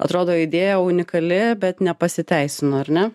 atrodo idėja unikali bet nepasiteisino ar ne